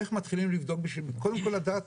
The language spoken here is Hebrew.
איך מתחילים לבדוק, קודם כל לדעת